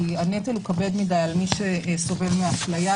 כי הנטל הוא כבד מדי על מי שסובל מהפליה,